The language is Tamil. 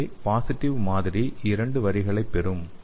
எனவே ஒரு பாசிடிவ் மாதிரி இரண்டு வரிகளைப் பெறும்